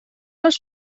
els